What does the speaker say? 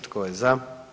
Tko je za?